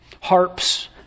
Harps